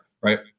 right